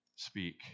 Speak